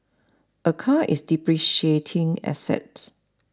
a car is depreciating asset